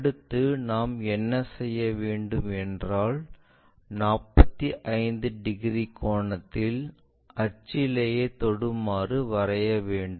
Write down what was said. அடுத்து நாம் என்ன செய்ய வேண்டும் என்றால் 45 டிகிரி கோணத்தில் அச்சிலேயே தொடுமாறு வரைய வேண்டும்